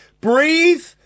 breathe